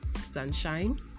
sunshine